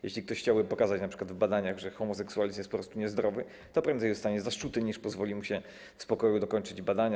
Jeśli ktoś chciałby pokazać np. w badaniach, że homoseksualizm jest po prostu niezdrowy, to prędzej zostanie zaszczuty, niż pozwoli mu się w spokoju dokończyć badania.